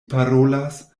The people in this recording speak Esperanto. parolas